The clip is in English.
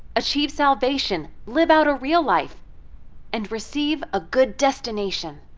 achieve salvation, live out a real life and receive a good destination.